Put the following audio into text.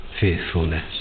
faithfulness